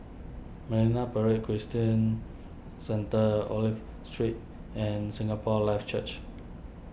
Marine Parade Christian Centre Olive Street and Singapore Life Church